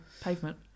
pavement